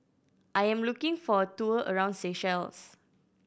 I am looking for a tour around Seychelles